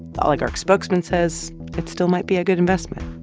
the oligarch's spokesman says it still might be a good investment.